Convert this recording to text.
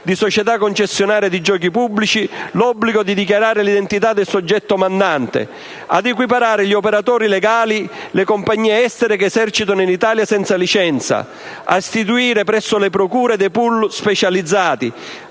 di società concessionarie di giochi pubblici l'obbligo di dichiarare l'identità del soggetto mandante; ad equiparare agli operatori legali le compagnie estere che esercitano in Italia senza licenza; ad istituire presso tutte le procure della Repubblica